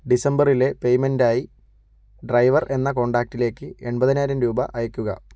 ഡിസംബറിലെ payment ആയി driver എന്ന കോണ്ടാക്ടിലേക്ക് എൺപതിനായിരം രൂപ അയയ്ക്കുക